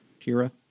Kira